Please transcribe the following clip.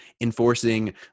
enforcing